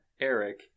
eric